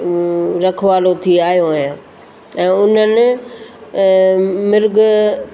रखवालो थी आयो आहियां ऐं उन्हनि मिर्ग